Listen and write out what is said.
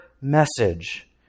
message